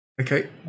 Okay